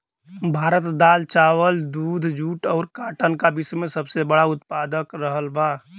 भारत दाल चावल दूध जूट और काटन का विश्व में सबसे बड़ा उतपादक रहल बा